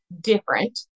different